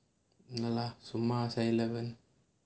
no lah சும்மா:summaa Seven Eleven